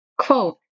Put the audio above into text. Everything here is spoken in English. Quote